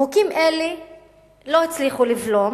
חוקים אלה לא הצליחו לבלום